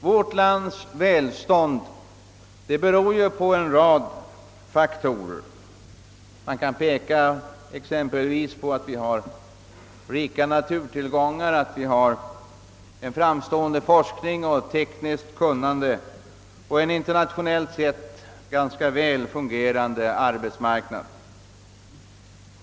Vårt lands välstånd beror på en rad olika faktorer; man kan exempelvis peka på att vi har rika naturtillgångar, att vi har en framstående forskning, tekniskt kunnande och en internationellt sett ganska väl fungerande arbetsmarknad.